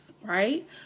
right